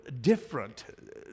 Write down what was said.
different